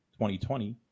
2020